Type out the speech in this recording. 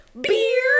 Beer